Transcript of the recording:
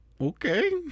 okay